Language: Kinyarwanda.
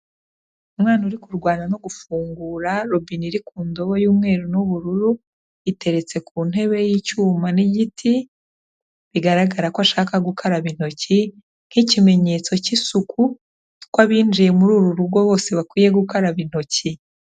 Umwana uri kurwana no gufungura robine iri ku ndobo y'umweru n'ubururu, iteretse ku ntebe y'icyuma n'igiti, bigaragara ko ashaka gukaraba intoki nk'ikimenyetso k'isuku, ko abinjiye muri uru rugo bose bakwiye gukaraba intoki.